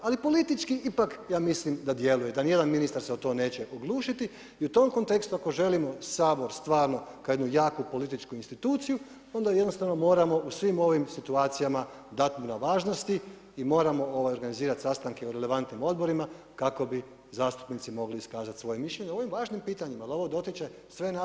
Ali politički ipak, ja mislim da djeluju, da ni jedan ministar se o to neće oglušiti i u tom kontekstu ako želimo Sabor stvarno kao jednu jaku političku instituciju, onda jednostavno moramo u svim ovim situacijama dati mu na važnosti i moramo organizirati sastanke u relevantnim odborima kako bi zastupnici mogli iskazati svoje mišljenje o ovim važnim pitanjima, jer ovo dotiče sve nas i sve naše građane.